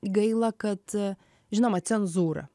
gaila kad žinoma cenzūra